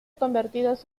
convertidos